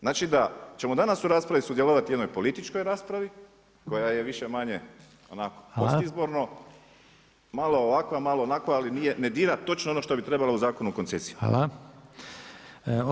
Znači da ćemo danas u raspraviti sudjelovati u jednoj političkoj raspravi, koja je više-manje onako postizborno, malo ovako malo onako, ali ne dira točno ono što bi trebalo u Zakonu o koncesiji.